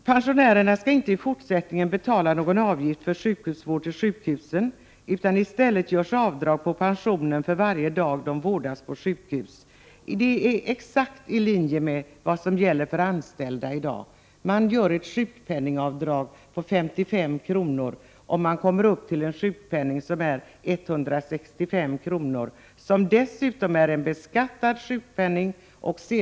Pensionärerna skall inte i fortsättningen betala någon avgift för sjukhusvård till sjukhusen utan i stället görs avdrag på pensionen för varje dag de vårdas på sjukhus. Det är i linje med vad som gäller för anställda i dag. Man gör ett sjukpenningavdrag på 55 kr., om sjukpenningen når upp till 165 kr. Och det är en beskattad sjukpenning.